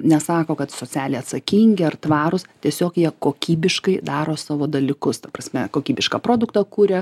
nesako kad socialiai atsakingi ar tvarūs tiesiog jie kokybiškai daro savo dalykus ta prasme kokybišką produktą kuria